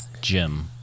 Jim